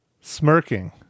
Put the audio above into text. smirking